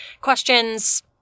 questions